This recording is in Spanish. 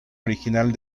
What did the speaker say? original